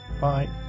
bye